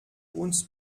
uns